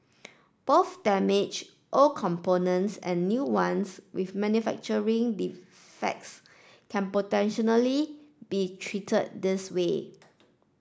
both damaged old components and new ones with manufacturing defects can potentially be treated this way